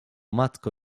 matko